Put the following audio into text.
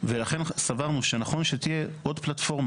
ולכן סברנו שנכון שתהיה עוד פלטפורמה